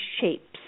shapes